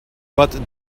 but